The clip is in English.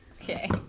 Okay